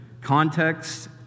context